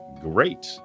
great